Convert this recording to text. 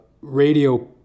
radio